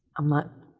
i'm not,